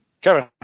Kevin